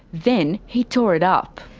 then he tore it up.